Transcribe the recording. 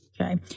Okay